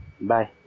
Bye